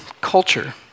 culture